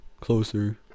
closer